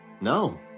No